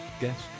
guess